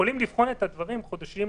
יכולים לבחון את הדברים חודשים